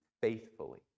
faithfully